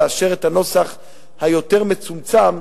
לאשר את הנוסח היותר מצומצם,